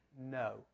No